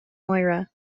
moira